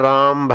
Ram